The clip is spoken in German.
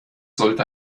sollte